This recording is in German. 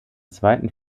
zweiten